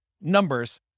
numbers